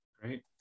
Great